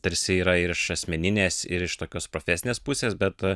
tarsi yra ir iš asmeninės ir iš tokios profesinės pusės bet